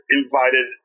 invited